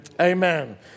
Amen